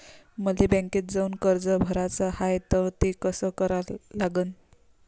मले बँकेत जाऊन कर्ज भराच हाय त ते कस करा लागन?